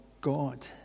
God